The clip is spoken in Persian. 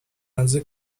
اندازه